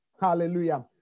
Hallelujah